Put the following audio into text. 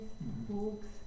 books